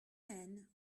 men